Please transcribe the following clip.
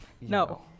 No